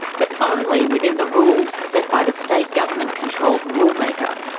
but only within the rules set by the state-government controlled rule-maker.